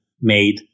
made